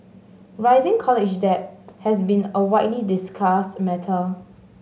rising college debt has been a widely discussed matter